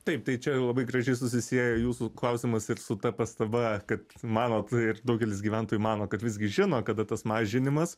taip tai čia labai gražiai susisiejo jūsų klausimas ir su ta pastaba kad manot ir daugelis gyventojų mano kad visgi žino kada tas mažinimas